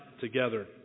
together